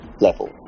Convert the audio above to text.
level